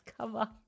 cover